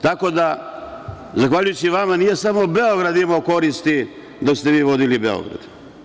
Tako da zahvaljujući vama nije samo Beograd imao koristi dok ste vi vodili Beograd.